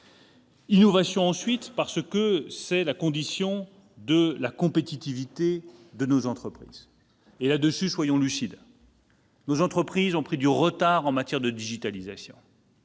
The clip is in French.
L'innovation, ensuite : c'est la condition de la compétitivité de nos entreprises. Sur ce sujet, soyons lucides. Nos entreprises ont pris du retard en matière de digitalisation